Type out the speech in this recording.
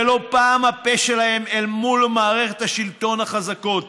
ולא פעם הוא הפה שלהם אל מול מערכות השלטון החזקות,